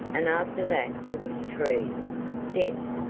and after that it was trees dense,